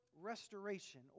restoration